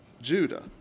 Judah